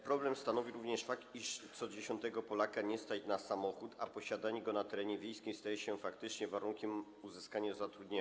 Problem stanowi również fakt, iż co dziesiątego Polaka nie stać na samochód, a posiadanie go na terenie wiejskim staje się faktycznie warunkiem uzyskania zatrudnienia.